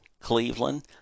Cleveland